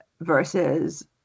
versus